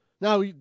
Now